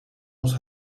ons